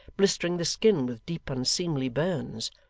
blistering the skin with deep unseemly burns.